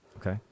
Okay